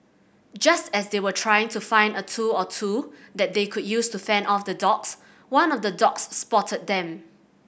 just as they were trying to find a tool or two that they could use to fend off the dogs one of the dogs spotted them